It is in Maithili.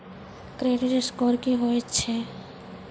क्रेडिट स्कोर की होय छै?